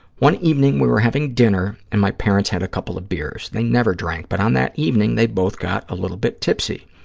one evening, we were having dinner and my parents had a couple of beers. they never drank, but on that evening, they both got a little bit tipsy.